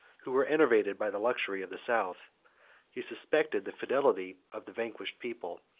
who were enervated by the luxury of the south he suspected the fidelity of the vanquished people,